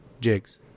jigs